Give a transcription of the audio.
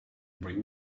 bring